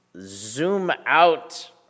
zoom-out